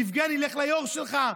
יבגני, לך ליו"ר שלך.